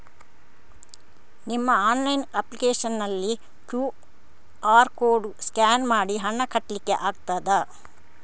ನಿಮ್ಮ online application ನಲ್ಲಿ QR code scan ಮಾಡಿ ಹಣ ಕಟ್ಲಿಕೆ ಆಗ್ತದ?